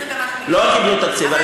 לא קיבלו תקציב.